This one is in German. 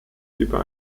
über